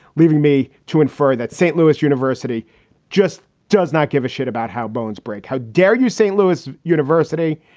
leaving me to infer that st. louis university just does not give a shit about how bones break. how dare you, st. louis university.